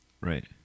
right